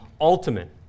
ultimate